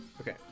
Okay